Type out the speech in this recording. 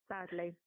Sadly